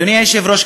אדוני היושב-ראש,